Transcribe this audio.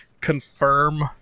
confirm